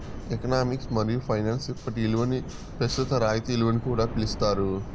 economics మరియు finance ఇప్పటి ఇలువని పెస్తుత రాయితీ ఇలువని కూడా పిలిస్తారు